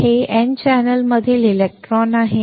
हे N चॅनेलमधील electron आहे